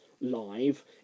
live